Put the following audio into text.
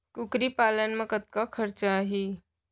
कुकरी पालन म कतका खरचा आही?